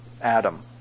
Adam